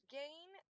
gain